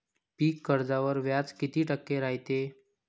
पीक कर्जावर व्याज किती टक्के रायते?